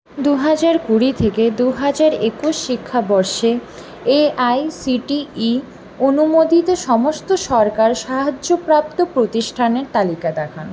দু হাজার কুড়ি থেকে দু হাজার একুশ শিক্ষাবর্ষে A I C T E অনুমোদিত সমস্ত সরকারি সাহায্যপ্রাপ্ত প্রতিষ্ঠানের তালিকা দেখান